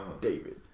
David